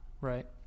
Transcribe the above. Right